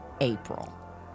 April